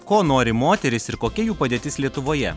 ko nori moterys ir kokia jų padėtis lietuvoje